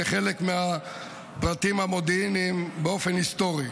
לחלק מהפרטים המודיעיניים באופן היסטורי,